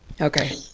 okay